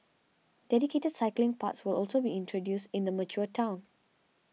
dedicated cycling paths will also be introduced in the mature town